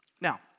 Now